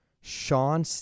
Sean